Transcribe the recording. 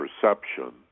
perception